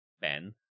Ben